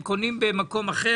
שקונים במקום אחר